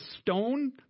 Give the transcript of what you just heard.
stone